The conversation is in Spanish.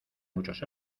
muchos